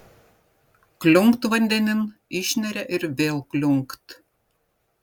kliunkt vandenin išneria ir vėl kliunkt